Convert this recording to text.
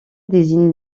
désigne